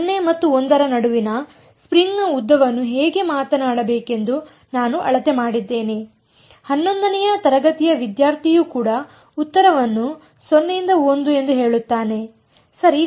0 ಮತ್ತು l ನಡುವಿನ ಸ್ಟ್ರಿಂಗ್ನ ಉದ್ದವನ್ನು ಹೇಗೆ ಮಾತನಾಡಬೇಕೆಂದು ನಾನು ಅಳತೆ ಮಾಡಿದ್ದೇನೆ ಹನ್ನೊಂದನೆಯ ತರಗತಿಯ ವಿದ್ಯಾರ್ಥಿಯು ಕೂಡ ಉತ್ತರವನ್ನು 0 ಇಂದ l ಎಂದು ಹೇಳುತ್ತಾನೆ ಸರಿ